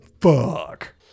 Fuck